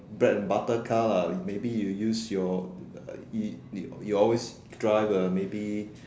bread and butter car lah maybe you use your uh you you always drive a maybe